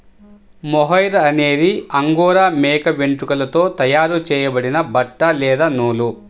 mohair అనేది Angora మేక వెంట్రుకలతో తయారు చేయబడిన బట్ట లేదా నూలు